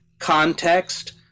context